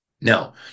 Now